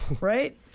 right